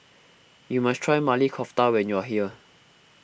you must try Maili Kofta when you are here